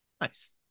nice